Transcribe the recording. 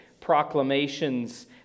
proclamations